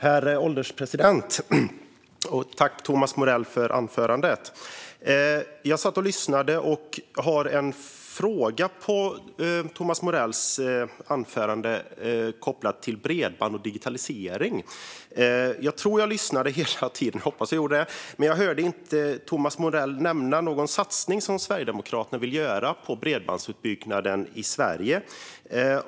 Herr ålderspresident! Tack, Thomas Morell, för anförandet! Jag har en fråga på Thomas Morells anförande som är kopplad till bredband och digitalisering. Jag tror att jag lyssnade hela tiden - jag hoppas att jag gjorde det - men jag hörde inte Thomas Morell nämna någon satsning som Sverigedemokraterna vill göra på bredbandsutbyggnaden i Sverige.